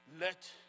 Let